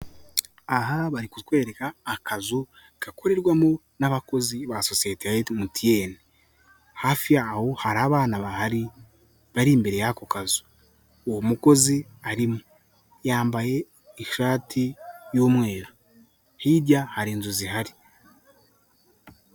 Aha bari ku twereka akazu gakorerwamo n'abakozi ba sosiyete ya MTN, hafi yaho hari abana bahari bari imbere y'ako kazu, uwo mukozi arimo yambaye ishati y'umweru hirya hari inzu zihari.